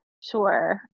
Sure